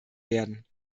werden